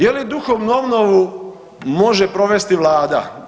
Je li duhovnu obnovu može provesti Vlada?